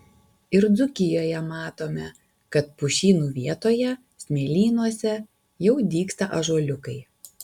ir dzūkijoje matome kad pušynų vietoje smėlynuose jau dygsta ąžuoliukai